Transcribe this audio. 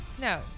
No